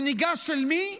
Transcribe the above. הוא ניגש אל מי?